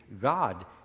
God